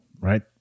right